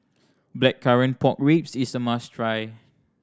Blackcurrant Pork Ribs is a must try